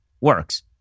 works